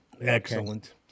Excellent